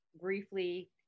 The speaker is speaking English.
briefly